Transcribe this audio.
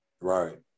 right